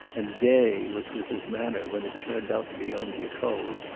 and gay, which was his manner when it turned out to be only a cold,